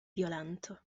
violento